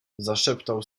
zaszeptał